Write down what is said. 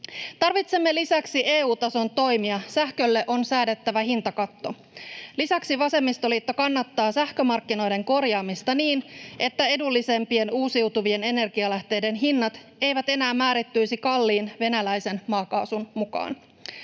Tarvitsemme lisäksi EU-tason toimia. Sähkölle on säädettävä hintakatto. Lisäksi vasemmistoliitto kannattaa sähkömarkkinoiden korjaamista niin, että edullisempien uusiutuvien energialähteiden hinnat eivät enää määrittyisi kalliin venäläisen maakaasun mukaan.